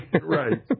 Right